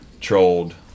trolled